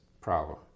problem